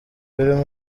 birimo